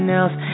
else